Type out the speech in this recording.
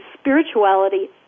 spirituality